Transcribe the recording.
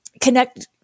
connect